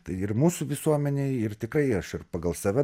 tai ir mūsų visuomenėj ir tikrai aš ir pagal save